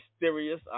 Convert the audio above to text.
Mysterious